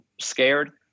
scared